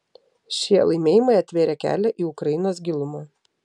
šie laimėjimai atvėrė kelią į ukrainos gilumą